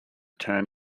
turn